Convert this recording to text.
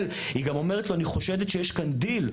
- היא גם אומרת לו - אני חושדת שיש כאן דיל,